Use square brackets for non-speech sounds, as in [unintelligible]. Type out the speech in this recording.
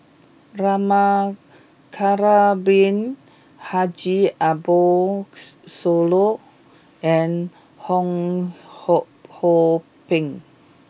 Rama Kannabiran Haji Ambo [hesitation] Sooloh and Fong Hoe [unintelligible] Beng